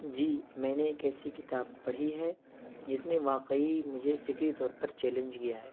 جی میں نے ایک ایسی کتاب پڑھی ہے جس نے واقعی مجھے فکری طور پر چیلینج کیا ہے